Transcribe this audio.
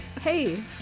Hey